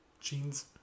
Jeans